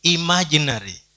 Imaginary